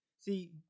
See